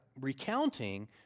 recounting